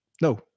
No